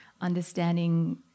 understanding